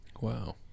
wow